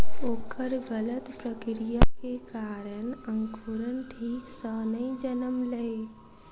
ओकर गलत प्रक्रिया के कारण अंकुरण ठीक सॅ नै जनमलै